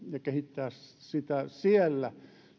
kehittää sitä siellä